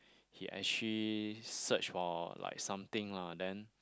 he actually search for like something lah then